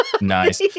nice